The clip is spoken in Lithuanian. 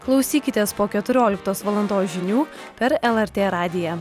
klausykitės po keturioliktos valandos žinių per lrt radiją